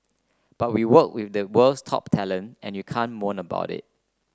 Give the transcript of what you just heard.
but we work with the world's top talent and you can't moan about it